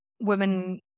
women